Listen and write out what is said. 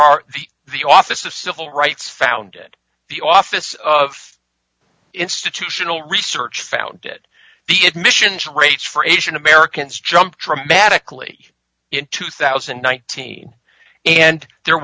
are the office of civil rights founded the office of institutional research founded the admissions rates for asian americans jumped dramatically in two thousand and nineteen and there